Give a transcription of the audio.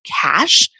cash